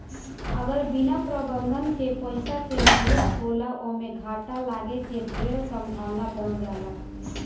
अगर बिना प्रबंधन के पइसा के निवेश होला ओमें घाटा लागे के ढेर संभावना बन जाला